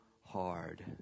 hard